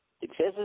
Successes